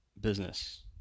business